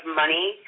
money